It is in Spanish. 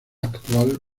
actual